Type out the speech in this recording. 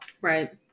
Right